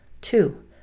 Two